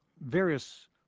various